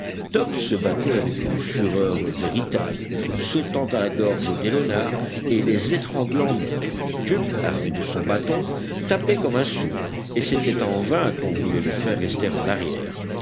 top se battait avec une fureur véritable sautant à la gorge des renards et les étranglant net jup armé de son bâton tapait comme un sourd et c'était en vain qu'on voulait le faire rester en arrière